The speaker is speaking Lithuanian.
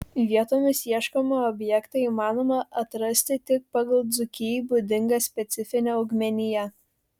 vietomis ieškomą objektą įmanoma atrasti tik pagal dzūkijai būdingą specifinę augmeniją